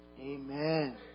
Amen